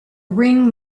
ring